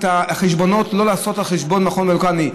את החשבונות לא לעשות על חשבון מכון וולקני,